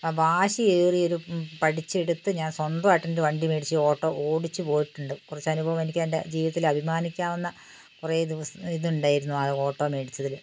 വാശിയേറിയൊരു പഠിച്ചെടുത്ത് ഞാൻ സ്വന്തമായിട്ട് തന്നെ ഒരു വണ്ടി മേടിച്ച് ഓട്ടോ ഓടിച്ച് പോയിട്ടുണ്ട് കുറച്ചനുഭവം എനിക്കെന്റെ ജീവിതത്തിൽ അഭിമാനിക്കാവുന്ന കുറെ ദിവസം ഇതുണ്ടായിരുന്നു ആ ഓട്ടോ മേടിച്ചതില്